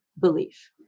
belief